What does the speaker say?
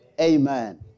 Amen